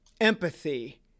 empathy